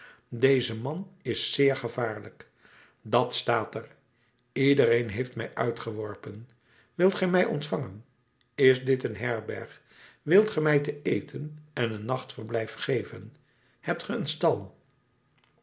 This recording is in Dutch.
deze man is zeer gevaarlijk dat staat er iedereen heeft mij uitgeworpen wilt gij mij ontvangen is dit een herberg wilt ge mij te eten en een nachtverblijf geven hebt ge een stal